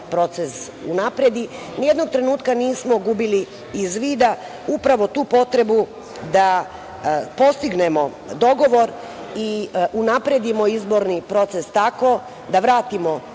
proces unapredi, nijednog trenutka nismo gubili iz vida, upravo tu potrebu da postignemo dogovor i unapredimo izborni proces tako da vratimo